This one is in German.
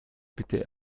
bitte